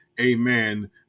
amen